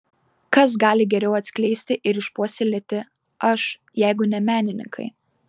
kas gali geriau atskleisti ir išpuoselėti aš jeigu ne menininkai